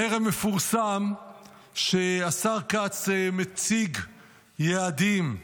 הערב פורסם שהשר כץ מציג יעדים: